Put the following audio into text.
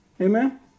Amen